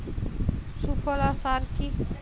সুফলা সার কি?